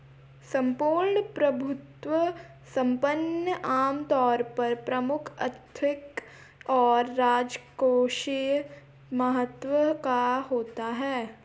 सम्पूर्ण प्रभुत्व संपन्न आमतौर पर प्रमुख आर्थिक और राजकोषीय महत्व का होता है